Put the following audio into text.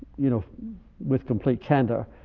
you know with complete candor